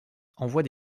envoient